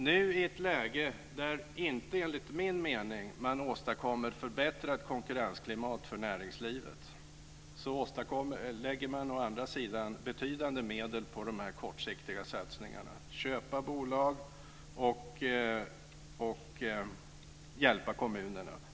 Nu, i ett läge där man enligt min mening inte åstadkommer förbättrat konkurrensklimat för näringslivet, lägger man betydande medel på dessa kortsiktiga satsningar - köpa bolag och hjälpa kommunerna.